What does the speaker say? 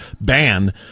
ban